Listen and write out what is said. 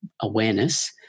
awareness